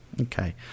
Okay